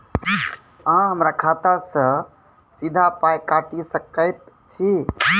अहॉ हमरा खाता सअ सीधा पाय काटि सकैत छी?